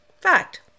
Fact